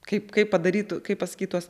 kaip kaip padarytų kaip pasakyt tuos